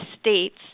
states